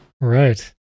Right